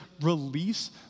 release